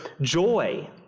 joy